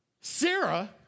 Sarah